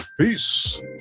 Peace